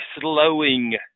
slowing